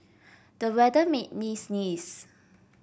the weather made me sneeze